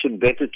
better